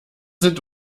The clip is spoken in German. sind